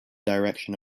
direction